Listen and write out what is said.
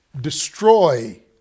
destroy